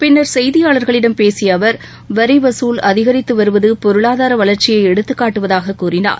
பின்னர் செய்தியாளர்களிடம் பேசிய அவர் வரிவகுல் அதிகரித்துவருவது பொருளாதார வளர்ச்சியை எடுத்துக்காட்டுவதாக கூறினார்